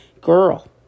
girl